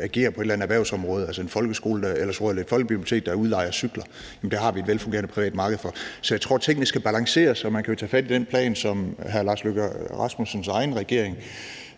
agerer på et eller andet erhvervsområde. Jeg tror, det er folkebiblioteket, der udlejer cykler, og det har vi et velfungerende privat marked for. Så jeg tror, at tingene skal balancere. Man kan jo tage fat i den plan, som hr. Lars Løkke Rasmussens egen regering